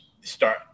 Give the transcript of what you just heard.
start